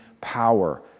power